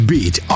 Beat